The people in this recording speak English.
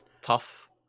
tough